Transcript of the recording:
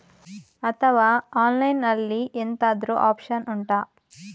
ಅಥವಾ ಆನ್ಲೈನ್ ಅಲ್ಲಿ ಎಂತಾದ್ರೂ ಒಪ್ಶನ್ ಉಂಟಾ